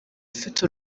afite